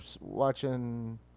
watching